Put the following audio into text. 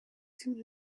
soon